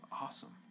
Awesome